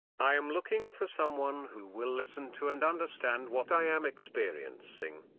i am looking for someone who will listen to and understand what i am experiencing.